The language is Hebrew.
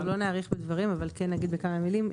לא נאריך בדברים, אבל כן נגיד כמה מילים.